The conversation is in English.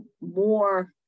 more